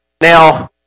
Now